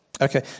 Okay